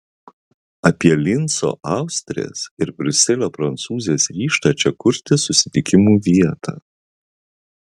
apie linco austrės ir briuselio prancūzės ryžtą čia kurti susitikimų vietą